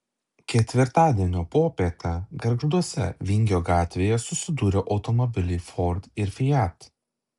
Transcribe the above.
ketvirtadienio popietę gargžduose vingio gatvėje susidūrė automobiliai ford ir fiat